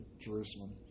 Jerusalem